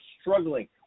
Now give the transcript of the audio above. struggling